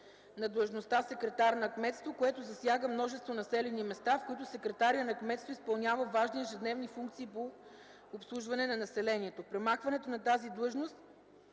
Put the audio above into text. на длъжността „секретар на кметство”, което засяга множество населени места, в които секретарят на кметство изпълнява важни, ежедневни функции по обслужване на населението. Премахването на тази длъжност